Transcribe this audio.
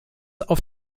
auf